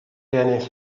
ennill